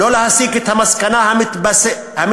שלא להסיק את המסקנה המתבקשת,